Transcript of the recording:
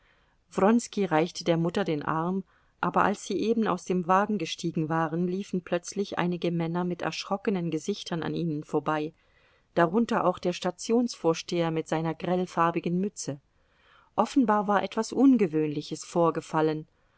wronski reichte der mutter den arm aber als sie eben aus dem wagen gestiegen waren liefen plötzlich einige männer mit erschrockenen gesichtern an ihnen vorbei darunter auch der stationsvorsteher mit seiner grellfarbigen mütze offenbar war etwas ungewöhnliches vorgefallen